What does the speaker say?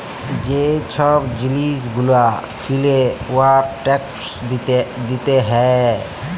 যে ছব জিলিস গুলা কিলে উয়ার ট্যাকস দিতে হ্যয়